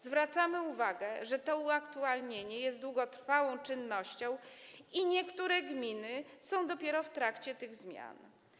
Zwracamy uwagę, że to uaktualnienie jest długotrwałą czynnością i niektóre gminy są dopiero w trakcie tych zmian.